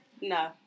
no